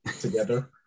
together